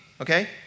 okay